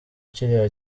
kiriya